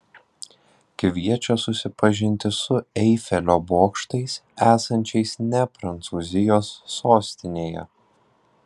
kviečia susipažinti su eifelio bokštais esančiais ne prancūzijos sostinėje